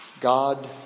God